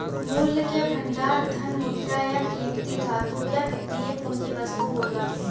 मूल्य क भंडार धन, मुद्रा, या कीमती धातु या वित्तीय पूंजी वस्तु होला